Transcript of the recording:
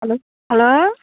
hello hello